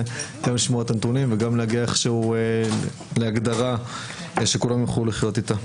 לשמוע את הנתונים ולהגיע איכשהו להגדרה שכולם יוכלו לחיות אתה.